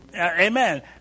Amen